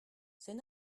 c’est